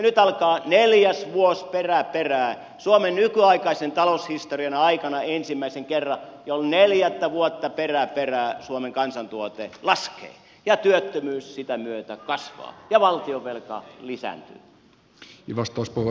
nyt alkaa neljäs vuosi perä perää suomen nykyaikaisen taloushistorian aikana ensimmäisen kerran jo neljättä vuotta perä perää suomen kansantuote laskee työttömyys sitä myötä kasvaa ja valtionvelka lisääntyy